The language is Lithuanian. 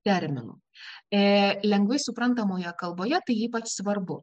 terminų ė lengvai suprantamoje kalboje tai ypač svarbu